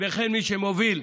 וכן מי שמוביל,